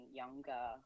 younger